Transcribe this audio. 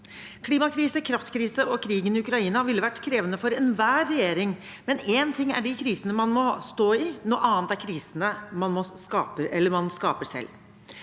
Klimakrise, kraftkrise og krigen i Ukraina ville vært krevende for enhver regjering, men én ting er de krisene man må stå i, noe annet er krisene man skaper selv.